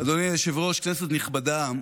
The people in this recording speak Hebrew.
אדוני היושב-ראש, כנסת נכבדה,